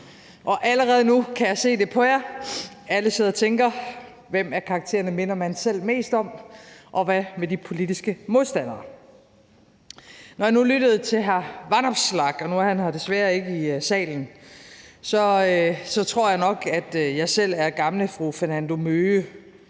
Allerede nu kan jeg se det på jer. Alle sidder og tænker: Hvem af karaktererne minder man selv mest om, og hvad med de politiske modstandere? Når jeg nu lyttede til hr. Alex Vanopslagh, og nu er han her desværre ikke i salen, tror jeg nok, at jeg selv er gamle fru Fernando Møhge,